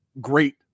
great